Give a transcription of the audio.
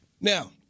Now